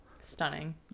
Stunning